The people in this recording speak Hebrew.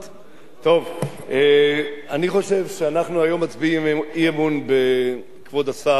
אני חושב שאנחנו היום מצביעים על אי-אמון בכבוד השר ארדן,